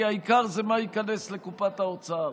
כי העיקר זה מה ייכנס לקופת האוצר.